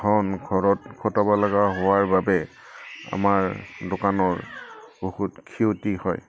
ধন ঘৰত খটাব লগা হোৱাৰ বাবে আমাৰ দোকানৰ বহুত ক্ষতি হয়